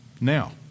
now